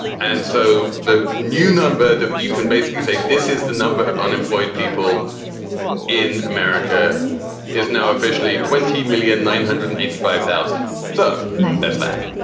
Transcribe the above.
and so the new number that you can basically say this is the number of unemployed people in america is now officially twenty million. nine hundred and eighty five thousand so that's that.